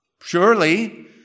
surely